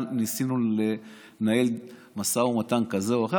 ניסינו לנהל משא ומתן כזה או אחר,